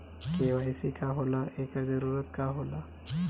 KYC का होला एकर जरूरत का होला?